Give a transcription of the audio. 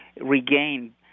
regain